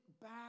back